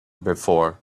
before